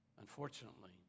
Unfortunately